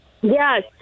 yes